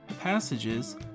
Passages